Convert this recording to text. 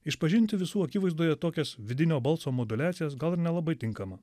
išpažinti visų akivaizdoje tokias vidinio balso moduliacijas gal ir nelabai tinkama